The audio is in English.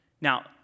Now